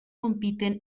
compiten